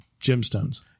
gemstones